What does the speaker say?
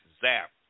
zap